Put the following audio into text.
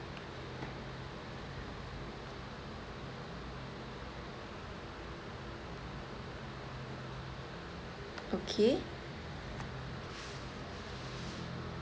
okay